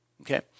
Okay